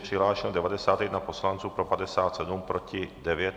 Přihlášeno 91 poslanců, pro 57, proti 9.